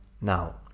now